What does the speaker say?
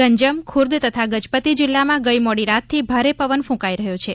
ગંજમ ખુર્દ તથા ગજપતિ જિલ્લામાં ગઇ મોડીરાતથી ભારે પવન ફૂંકાઇ રહ્યો છે